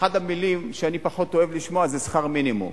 אחת המלים שאני פחות אוהב לשמוע זה "שכר מינימום".